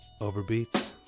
overbeats